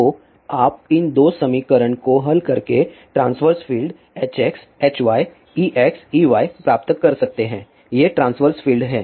तो आप इन दो समीकरण को हल करके transverse field Hx Hy Ex Ey प्राप्त कर सकते हैं ये ट्रांस्वर्स फ़ील्ड् है